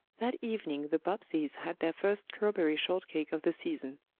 that evening the bobbseys had their first strawberry shortcake of the season.